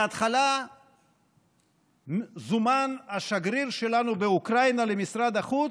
בהתחלה זומן השגריר שלנו באוקראינה למשרד החוץ,